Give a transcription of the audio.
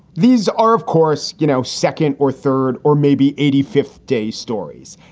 these are, of course, you know, second or third or maybe eighty fifth day stories.